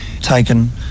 taken